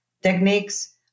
techniques